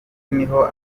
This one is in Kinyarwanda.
niho